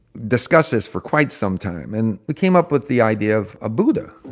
discussed this for quite some time, and we came up with the idea of a buddha